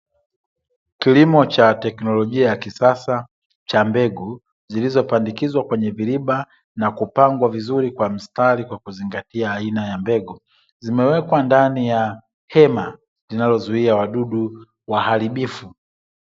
Kilimo cha teknolojia ya kisasa cha mbegu zilizopandikizwa kwenye viriba na kupangwa vizuri kwa mstari, kwa kuzingatia aina ya mbegu, zimewekwa ndani ya hema linalozuia wadudu waharibifu.